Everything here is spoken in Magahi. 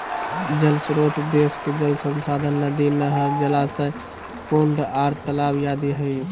जल श्रोत देश के जल संसाधन नदी, नहर, जलाशय, कुंड आर तालाब आदि हई